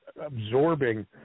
absorbing